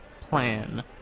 plan